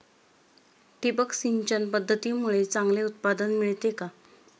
ठिबक सिंचन पद्धतीमुळे चांगले उत्पादन मिळते का?